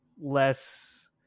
less